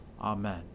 Amen